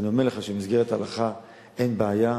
אז אני אומר לך שבמסגרת ההלכה אין בעיה.